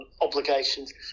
obligations